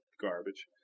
garbage